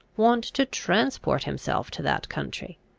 want to transport himself to that country?